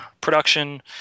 production